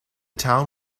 town